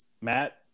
Matt